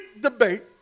debate